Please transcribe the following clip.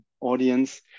audience